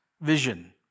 vision